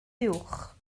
uwch